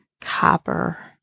Copper